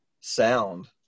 sound